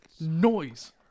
noise